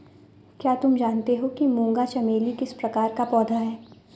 क्या तुम जानते हो कि मूंगा चमेली किस परिवार का पौधा है?